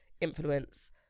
influence